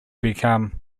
become